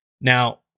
Now